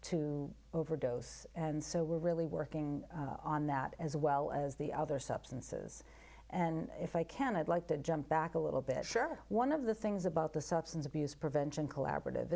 to overdose and so we're really working on that as well as the other substances and if i can i'd like to jump back a little bit sure one of the things about the substance abuse prevention collaborative